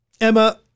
Emma